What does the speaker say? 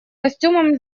костюмом